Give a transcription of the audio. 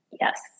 Yes